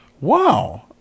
Wow